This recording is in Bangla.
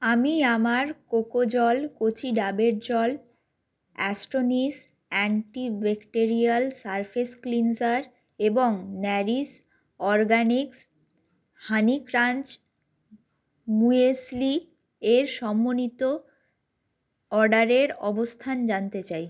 আমি আমার কোকোজল কচি ডাবের জল astonish anti bacterial surface cleanser এবং nourish organics honey crunch muesli এর সমন্বিত অর্ডারের অবস্থান জানতে চাই